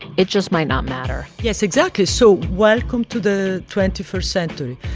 it just might not matter yes, exactly. so welcome to the twenty first century.